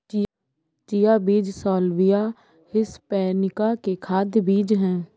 chia बीज Salvia hispanica के खाद्य बीज हैं